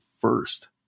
first